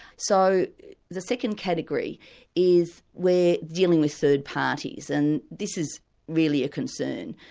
so the second category is we're dealing with third parties, and this is really a concern,